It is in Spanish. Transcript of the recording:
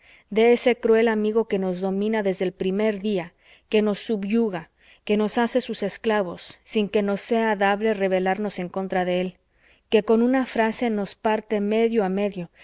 de ese cruel amigo que nos domina desde el primer día que nos subyuga que nos hace sus esclavos sin que nos sea dable rebelarnos en contra de él que con una frase nos parte medio a medio